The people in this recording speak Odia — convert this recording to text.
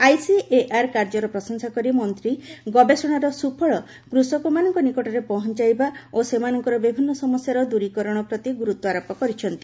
ଆଇସିଏଆର୍ କାର୍ଯ୍ୟର ପ୍ରଶଂସା କରି ମନ୍ତ୍ରୀ ଗବେଷଣାର ସୁଫଳ କୃଷକମାନଙ୍କ ନିକଟରେ ପହଞ୍ଚାଇବା ଓ ସେମାନଙ୍କର ବିଭିନ୍ନ ସମସ୍ୟାର ଦୂରୀକରଣ ପ୍ରତି ଗୁରୁତ୍ୱ ଆରୋପ କରିଛନ୍ତି